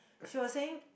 she was saying